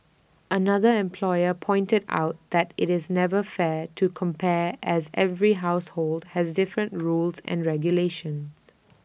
another employer pointed out that IT is never fair to compare as every household has different rules and regulations